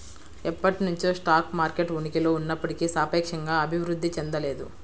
ఎప్పటినుంచో stock market ఉనికిలో ఉన్నప్పటికీ సాపేక్షంగా అభివృద్ధి చెందలేదు